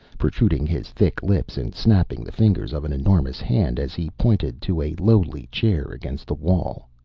protruding his thick lips and snapping the fingers of an enormous hand as he pointed to a lowly chair against the wall.